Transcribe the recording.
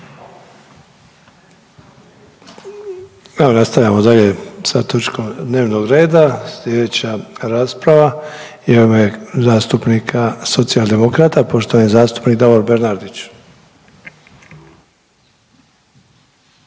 nastavljamo dalje sa točkom dnevnog reda. Slijedeća rasprava je u ime zastupnika Socijaldemokrata, poštovani zastupnik Davor Bernardić.